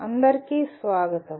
అందరికీ స్వాగతం